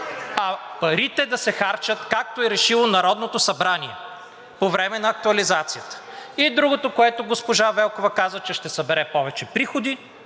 а парите да се харчат, както е решило Народното събрание по време на актуализацията. И другото, което госпожа Велкова каза, че ще събере повече приходи,